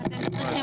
כן, היא ביקשה לנמק.